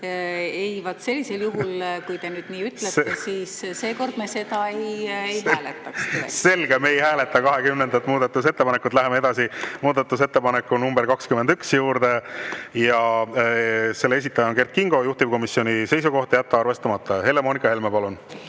Ei, sellisel juhul, kui te nii ütlete, me seda ei hääletaks. Selge, me ei hääleta 20. muudatusettepanekut.Me läheme edasi muudatusettepaneku nr 21 juurde, selle esitaja on Kert Kingo, juhtivkomisjoni seisukoht on jätta arvestamata. Helle-Moonika Helme, palun!